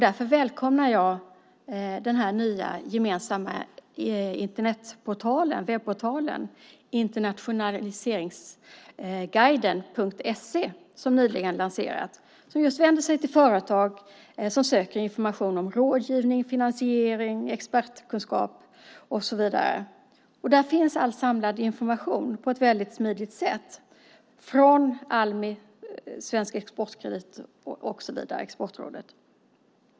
Därför välkomnar jag den nya gemensamma webbportalen Internationaliseringsguiden.se som nyligen lanserats och som vänder sig till företag som söker information om rådgivning, finansiering, expertkunskap och så vidare. Där finns samlad information från Almi, Svensk Exportkredit, Exportrådet och så vidare.